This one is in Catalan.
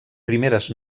primeres